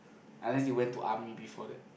unless you went to army before that